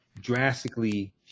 drastically